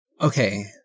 okay